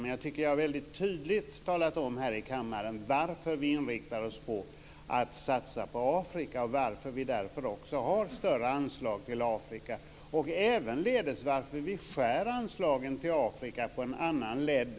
Men jag tycker att jag väldigt tydligt har talat om här i kammaren varför vi inriktar oss på att satsa på Afrika och varför vi därför också har större anslag till Afrika och ävenledes varför vi skär anslagen till Afrika på en annan ledd.